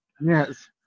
Yes